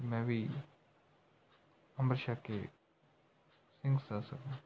ਕਿ ਮੈਂ ਵੀ ਅੰਮ੍ਰਿਤ ਛਕ ਕੇ ਸਿੰਘ ਸਜਿਆ